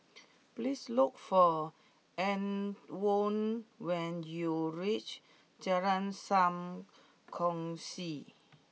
please look for Antwon when you reach Jalan Sam Kongsi